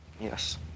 yes